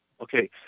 Okay